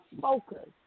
focus